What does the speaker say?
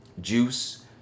juice